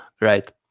right